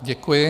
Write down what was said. Děkuji.